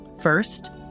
First